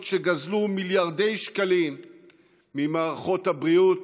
שגזלו מיליארדי שקלים ממערכות הבריאות,